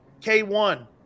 K1